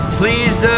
please